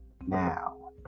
now